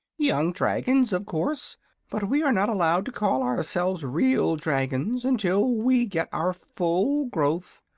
young dragons, of course but we are not allowed to call ourselves real dragons until we get our full growth,